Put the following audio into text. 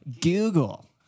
Google